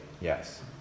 yes